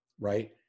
right